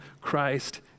Christ